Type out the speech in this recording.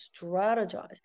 strategize